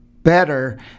better